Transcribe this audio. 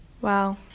Wow